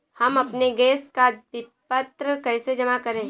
हम अपने गैस का विपत्र कैसे जमा करें?